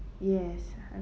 yes and